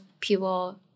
people